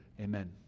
Amen